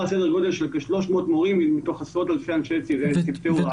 של כ-300 מורים מתוך עשרות לפי אנשי צוותי הוראה.